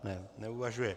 Ne, neuvažuje.